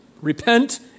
repent